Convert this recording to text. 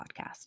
podcast